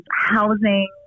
housing